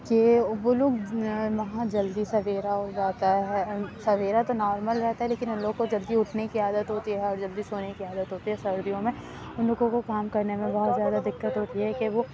کہ وہ لوگ وہاں جلدی سویرا ہو جاتا ہے سویرا تو نارمل رہتا ہے لیکن ان لوگ کو جلدی اٹھنے کی عادت ہوتی ہے اور جلدی سونے کی عادت ہوتی ہے سردیوں میں ان لوگوں کو کام کرنے میں بہت زیادہ دقت ہوتی ہے کی وہ